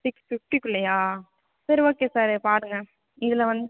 six ஃபிஃப்டிக்குள்ளேயா சரி okay sir பாருங்கள் இதில் வந்து